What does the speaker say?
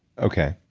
okay,